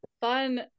fun